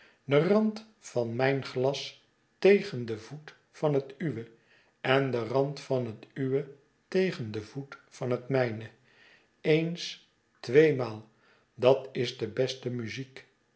de rand van mijn glas tegen den voet van het uwe en de rand van het uwe tegen den voet van het mijne eens tweemaal dat is de beste muziek